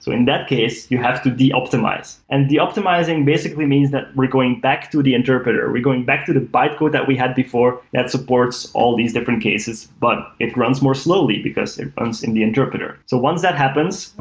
in that case, you have to de-optimize. and de-optimizing basically means that we're going back to the interpreter, we're going back to the bytecode that we had before that supports all these different cases, but it runs more slowly, because it runs in the interpreter. so once that happens,